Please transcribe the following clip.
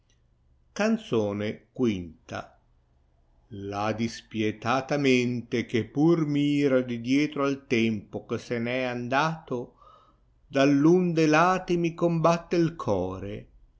canzone y a dispietata mente che pur mira di dietro al tempo che sen è andato dall un de lati mi combatte il core